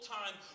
time